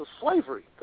slavery